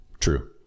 true